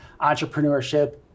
entrepreneurship